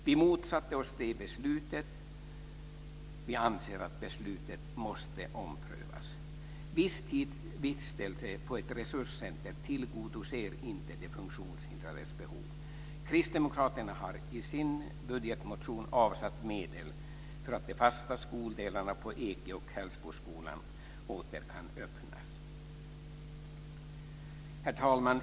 Vi motsatte oss det beslutet, och vi anser att det måste omprövas. Visstidsvistelse på ett resurscenter tillgodoser inte de funktionshindrades behov. Herr talman!